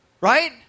right